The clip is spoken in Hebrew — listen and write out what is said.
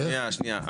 שנייה, שנייה.